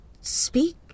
speak